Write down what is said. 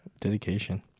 Dedication